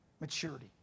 maturity